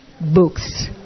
books